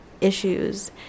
issues